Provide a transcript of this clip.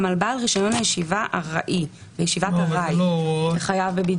על בעל רשיון לישיבת ארעי החייב בבידוד.